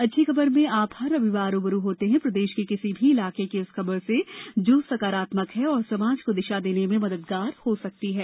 अच्छी खबर में आप हर रविवार रू ब रू होते हैं प्रदेश के किसी भी इलाके की उस खबर से जो सकारात्मक है और समाज को दिशा देने में मददगार हो सकती है